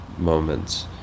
Moments